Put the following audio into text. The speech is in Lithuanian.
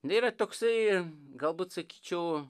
nu yra toksai galbūt sakyčiau